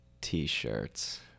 t-shirts